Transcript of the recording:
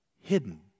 hidden